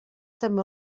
també